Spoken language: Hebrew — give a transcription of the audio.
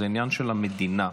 זה עניין של המדינה.